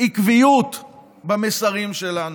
עקביות במסרים שלנו.